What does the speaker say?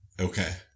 Okay